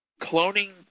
cloning